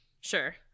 Sure